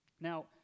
Now